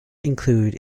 include